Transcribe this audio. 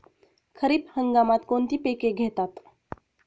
खरीप हंगामात कोणती पिके घेतात?